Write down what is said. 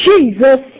Jesus